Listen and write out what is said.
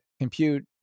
compute